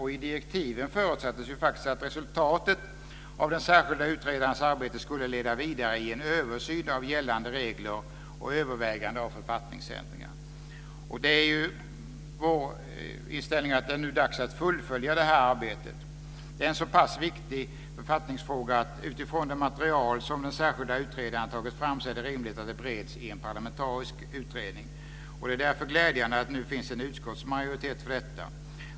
I direktiven förutsattes faktiskt att resultatet av den särskilda utredarens arbete skulle leda vidare till en översyn av gällande regler och ett övervägande av författningsändringar. Det är vår inställning att det nu är dags att fullfölja det arbetet. Det är en så pass viktig författningsfråga att det utifrån det material som den särskilda utredaren har tagit fram är rimligt att den bereds i en parlamentarisk utredning. Det är därför glädjande att det nu finns en utskottsmajoritet för detta.